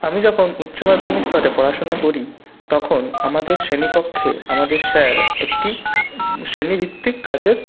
আমি যখন উচ্চ মাধ্যমিক স্তরে পড়াশোনা করি তখন আমাদের শ্রেণীকক্ষে আমাদের স্যার একটি শ্রেণীভিত্তিক কাজের